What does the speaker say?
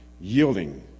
yielding